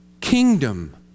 kingdom